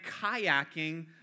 kayaking